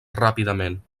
ràpidament